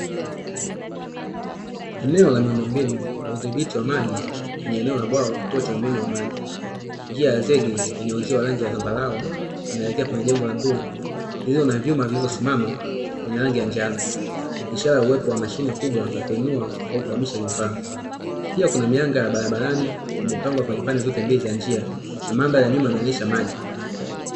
Eneo la miundombinu wa udhibiti wa maji kwenye eneo la bwawa au kituo cha umeme wa maji, njia ya zege yenye uzio wa rangi ya zamabarau inayoelekea kwenye jengo la bluu na vyuma vilivyosimama vyenye rangi ya njano. Ishara ya uwepo wa mashine kubwa ya kuinua au kuhamisha vifaa, pia kuna mianga ya barabarani imepangwa kwenye pande zote za njia na mandhari ya nyuma ikionyesha maji.